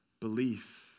belief